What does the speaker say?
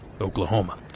Oklahoma